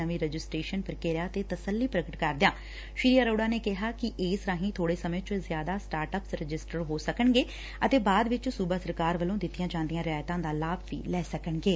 ਨਵੀਂ ਰਜਿਸਟਰੇਸ਼ਨ ਪ੍ਰਕਿਰਿਆ ਤੇ ਤਸੱਲੀ ਪ੍ਰਗਟ ਕਰਦਿਆਂ ਸ੍ਰੀ ਅਰੋੜਾ ਨੇ ਕਿਹਾ ਕਿ ਇਸ ਰਾਹੀਂ ਥੋੜੇ ਸਮੇਂ ਚ ਜ਼ਿਆਦਾ ਸਟਾਅੱਪ ਰਜਿਸਟਡ ਹੋ ਸਕਣਗੇ ਅਤੇ ਬਾਅਦ ਚ ਸੁਬਾ ਸਰਕਾਰ ਵੱਲੋ ਦਿੱਤੀਆਂ ਜਾਂਦੀਆਂ ਰਿਆਇਤਾਂ ਦਾ ਲਾਭ ਲੈ ਸਕਣਗੇ